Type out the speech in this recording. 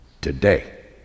today